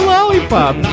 Lollipop